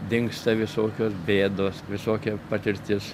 dingsta visokios bėdos visokia patirtis